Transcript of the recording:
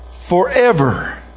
forever